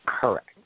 Correct